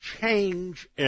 change